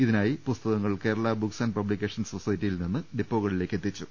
ഇതി നായി പുസ്തകങ്ങൾ കേരള ബുക്സ് ആന്റ് പബ്ലിക്കേഷൻസ് സൊസൈറ്റിയിൽ നിന്ന് ഡിപ്പോകളിലേക്ക് എത്തിച്ചു